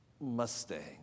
Mustang